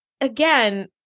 again